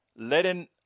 letting